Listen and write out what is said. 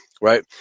right